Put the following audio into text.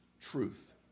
truth